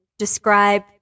describe